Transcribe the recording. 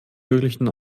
möglichen